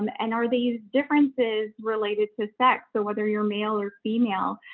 um and are these differences related to sex? so whether you're male or female,